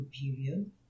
period